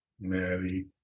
Maddie